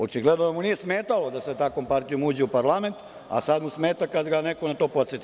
Očigledno da mu nije smetao da sa takvom partijom uđe u parlament, a sad mu smeta kada ga neko na to podseti.